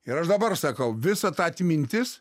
ir aš dabar sakau visa ta atmintis